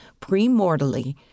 premortally